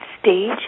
stage